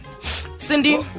Cindy